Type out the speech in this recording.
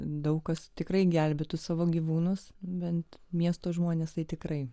daug kas tikrai gelbėtų savo gyvūnus bent miesto žmones tai tikrai